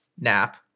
nap